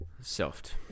Soft